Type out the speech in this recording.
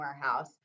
Warehouse